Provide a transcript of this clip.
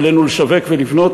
עלינו לשווק ולבנות,